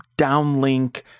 downlink